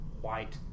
white